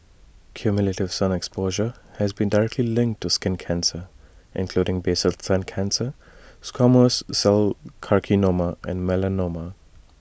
cumulative sun exposure has been directly linked to skin cancer including basal cell cancer squamous cell carcinoma and melanoma